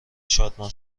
شادمان